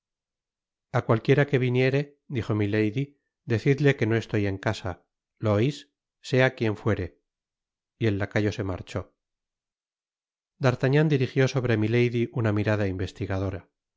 a cualquiera que viniere dijo milady decidle que no estoy en casa lo ois sea quien fuere y el lacayo se marchó d'artagnan dirigió sobre milady una mirada investigadora